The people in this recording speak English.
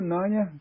Nanya